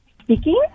Speaking